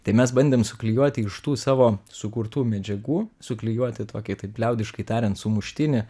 tai mes bandėm suklijuoti iš tų savo sukurtų medžiagų suklijuoti tokį taip liaudiškai tariant sumuštinį